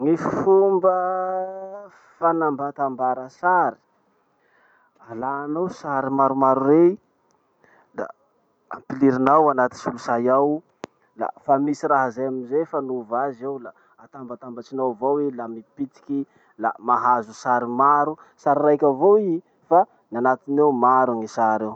Gny fomba fanambatambara sary. Alànao sary maromaro rey, da ampilirinao anaty solosay ao, la fa misy raha zay amizay fanova azy ao la atambatambatsinao avao i la mipitiky la mahazo sary maro, sary raiky avao i, fa ny anatiny ao maro ny sary ao.